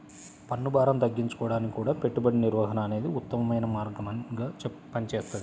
పన్నుభారం తగ్గించుకోడానికి గూడా పెట్టుబడి నిర్వహణ అనేదే ఉత్తమమైన మార్గంగా పనిచేస్తది